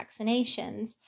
vaccinations